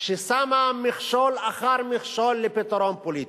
ששמה מכשול אחר מכשול לפתרון פוליטי.